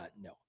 No